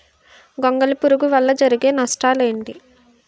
గొంగళి పురుగు వల్ల జరిగే నష్టాలేంటి?